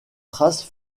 traces